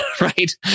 right